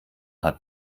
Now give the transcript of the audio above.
hat